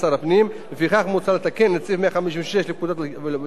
מוצע לתקן את סעיף 156 לפקודה ולקבוע